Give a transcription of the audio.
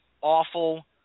awful